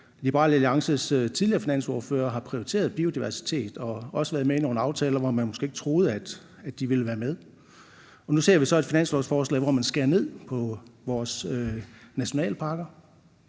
Liberal Alliances tidligere finansordfører har prioriteret biodiversitet og også været med i nogle aftaler, hvor man måske ikke troede, at de ville være med. Nu ser vi så et finanslovsforslag, hvor man skærer ned på vores nationalparker,